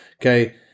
okay